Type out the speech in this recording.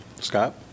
Scott